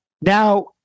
Now